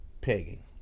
pegging